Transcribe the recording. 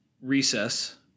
Recess